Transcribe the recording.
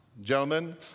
gentlemen